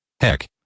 Heck